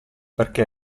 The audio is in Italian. perché